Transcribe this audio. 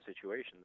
situations